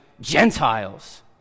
Gentiles